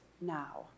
now